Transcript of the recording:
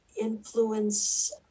influence